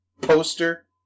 poster